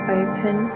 open